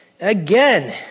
again